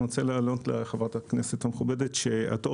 אני רוצה לענות לחברת הכנסת המכובדת שהתור